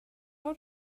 har